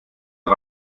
der